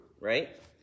right